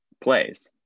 plays